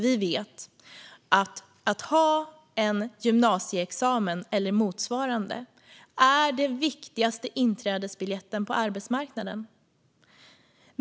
Vi vet nämligen att den viktigaste inträdesbiljetten till arbetsmarknaden är att ha en gymnasieexamen eller motsvarande.